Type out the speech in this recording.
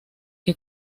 que